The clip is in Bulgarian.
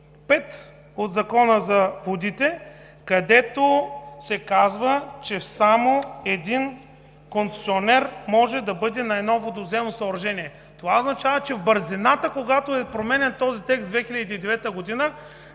от Закона за водите, където се казва, че само един концесионер може да бъде на едно водовземно съоръжение. Това означава, че в бързината, когато е променян този текст през 2009 г.,